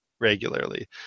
regularly